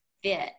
fit